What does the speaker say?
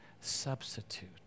substitute